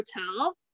hotel